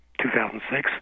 2006